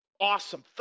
Awesome